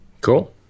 Cool